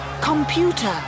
computer